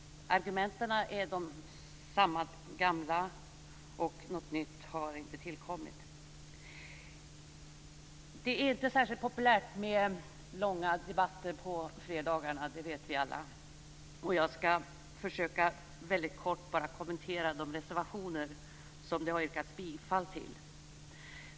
Argumenten är desamma. Något nytt har inte tillkommit. Det är inte särskilt populärt med långa debatter på fredagarna. Det vet vi alla. Jag skall försöka att väldigt kort kommentera de reservationer som det har yrkats bifall till.